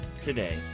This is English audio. today